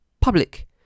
Public